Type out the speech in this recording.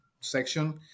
section